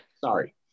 Sorry